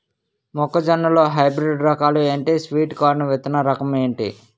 మొక్క జొన్న లో హైబ్రిడ్ రకాలు ఎంటి? స్వీట్ కార్న్ విత్తన రకం ఏంటి?